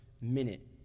minute